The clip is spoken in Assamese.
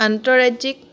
আন্তঃৰাজ্যিক